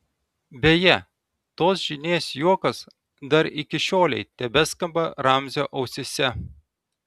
beje tos žynės juokas dar iki šiolei tebeskamba ramzio ausyse